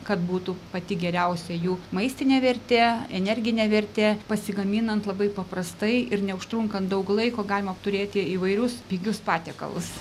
kad būtų pati geriausia jų maistinė vertė energinė vertė pasigaminant labai paprastai ir neužtrunkant daug laiko galima turėti įvairius pigius patiekalus